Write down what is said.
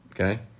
Okay